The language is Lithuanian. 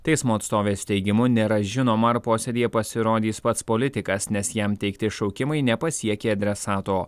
teismo atstovės teigimu nėra žinoma ar posėdyje pasirodys pats politikas nes jam teikti šaukimai nepasiekė adresato